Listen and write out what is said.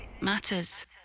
matters